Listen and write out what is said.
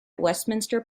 westminster